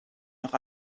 noch